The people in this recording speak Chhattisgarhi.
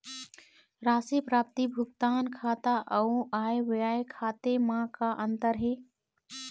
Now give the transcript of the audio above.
राशि प्राप्ति भुगतान खाता अऊ आय व्यय खाते म का अंतर हे?